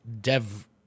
Dev